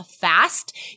fast